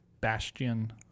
Bastion